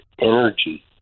energy